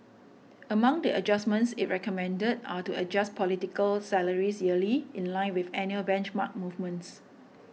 among the adjustments it recommended are to adjust political salaries yearly in line with annual benchmark movements